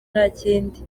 ntakindi